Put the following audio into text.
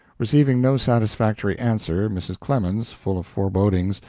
receiving no satisfactory answer, mrs. clemens, full of forebodings,